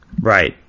Right